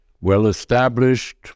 well-established